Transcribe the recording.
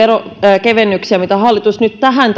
veronkevennyksiä mitä hallitus nyt tähän